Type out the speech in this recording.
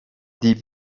die